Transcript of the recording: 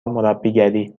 مربیگری